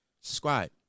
Subscribe